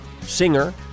Singer